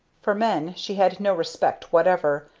for men she had no respect whatever,